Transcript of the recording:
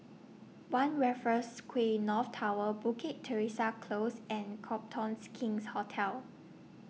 one Raffles Quay North Tower Bukit Teresa Close and Copthornes King's Hotel